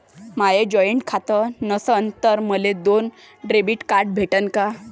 माय joint खातं असन तर मले दोन डेबिट कार्ड भेटन का?